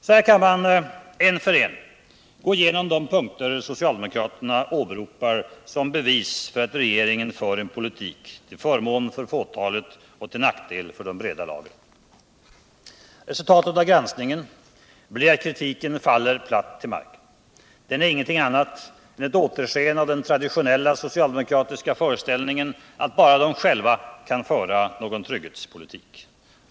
Så kan man en för en gå igenom de punkter socialdemokraterna åberopar såsom bevis för att regeringen för en politik till förmån för fåtalet och till nackdel för de breda lagren. Resultatet av granskningen blir att kritiken faller platt till marken. Den är ingenting annat än ett återsken av den traditionella socialdemokratiska föreställningen att bara de själva kan föra trygghetspolitik.